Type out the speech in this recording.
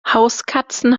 hauskatzen